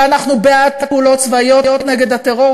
ואנחנו בעד פעולות צבאיות נגד הטרור,